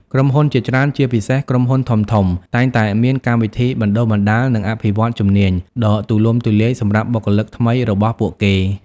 ក្រុមហ៊ុនជាច្រើន ជាពិសេស ក្រុមហ៊ុនធំៗ តែងតែមាន កម្មវិធីបណ្ដុះបណ្ដាល និងអភិវឌ្ឍន៍ជំនាញ ដ៏ទូលំទូលាយសម្រាប់បុគ្គលិកថ្មីរបស់ពួកគេ។